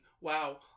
Wow